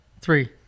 Three